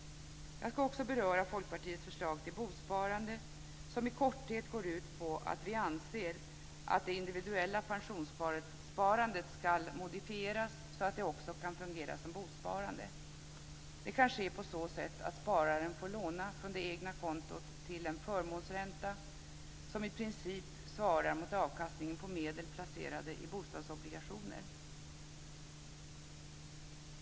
Jag ska också beröra Folkpartiets förslag till bosparande, som i korthet går ut på att vi anser att det individuella pensionssparandet ska modifieras så att det också kan fungera som bosparande. Det kan ske på så sätt att spararen får låna från det egna kontot till en förmånsränta som i princip svarar mot avkastningen på medel placerade i bostadsobligationer.